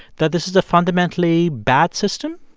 that this is a fundamentally bad system?